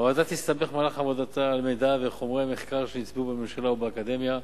הוועדה תסתמך במהלך עבודתה על מידע וחומרי מחקר שנצברו בממשלה ובאקדמיה.